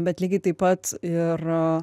bet lygiai taip pat ir